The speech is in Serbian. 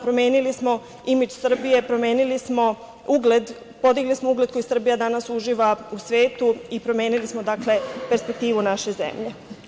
Promenili smo imidž Srbije, promenili smo ugled, podigli smo ugled koji Srbija danas uživa u svetu i promenili smo perspektivu naše zemlje.